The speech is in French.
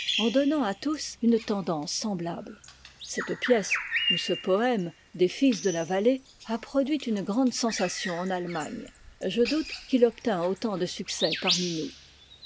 en donnant à tous une tendance semblable cette pièce ou ce poème des fils de la aee a produit une grande sensation en allemagne je doute qu'il obtînt autant de succès parmi nous